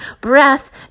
breath